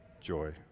joy